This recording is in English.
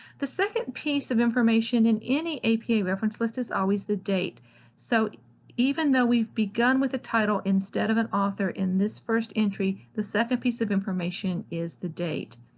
the second piece of information in any apa reference list is always the date so even though we've begun with the title instead of an author in this first entry, the second piece of information is the date.